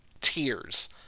tears